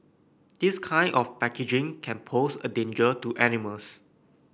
this kind of packaging can pose a danger to animals